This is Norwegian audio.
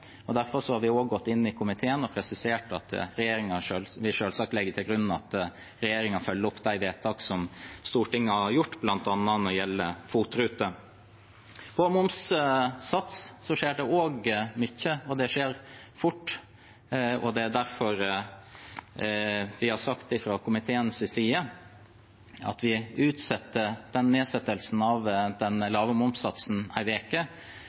Derfor har vi i komiteen presisert at regjeringen selvsagt vil legge til grunn at de følger opp de vedtakene Stortinget har gjort, bl.a. når det gjelder FOT-ruter. Når det gjelder momssats, skjer det også mye, og det skjer fort. Derfor har vi fra komiteens side sagt at vi utsetter nedsettelsen av den